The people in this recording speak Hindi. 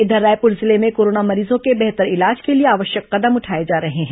इधर रायपुर जिले में कोरोना मरीजों के बेहतर इलाज के लिए आवश्यक कदम उठाए जा रहे हैं